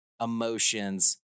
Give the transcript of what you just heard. emotions